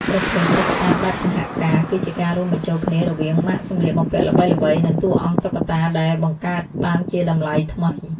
ប្រភេទ តុក្កតាបែបសហការ គឺជាការរួមបញ្ចូលគ្នារវាងម៉ាកសម្លៀកបំពាក់ល្បីៗ និងតួអង្គតុក្កតាដែលបង្កើតបានជាតម្លៃថ្មី។